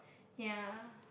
yea